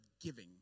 giving